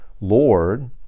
Lord